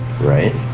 right